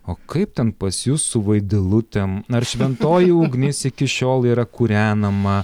o kaip ten pas jus su vaidilutėm nors šventoji ugnis iki šiol yra kūrenama